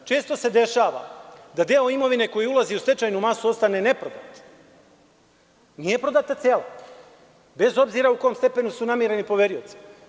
Često se dešava da deo imovine koji ulazi u stečajnu masu, ostane neprodat, nije prodata cela, bez obzira u kom delu su namireni poverioci.